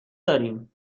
داریم